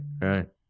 Right